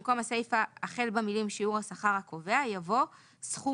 במקום הסיפה החל במילים "שיעור השכר הקובע" יבוא "סכום